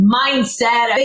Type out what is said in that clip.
mindset